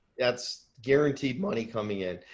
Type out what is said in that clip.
that's guaranteed money coming in,